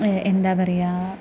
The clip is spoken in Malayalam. എന്താണ് പറയുക